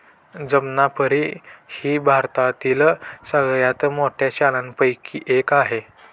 जमनापरी ही भारतातील सगळ्यात मोठ्या शेळ्यांपैकी एक आहे